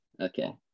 okay